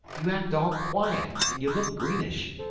you act all quiet and you look greenish.